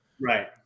right